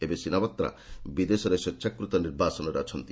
ଏବେ ସିନାୱାତ୍ରା ବିଦେଶରେ ସ୍ପେଚ୍ଛାକୃତ ନିର୍ବାସନରେ ଅଛନ୍ତି